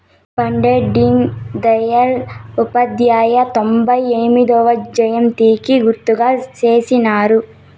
పండిట్ డీన్ దయల్ ఉపాధ్యాయ తొంభై ఎనిమొదవ జయంతికి గుర్తుగా చేసినారు